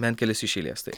bent kelis iš eilės tai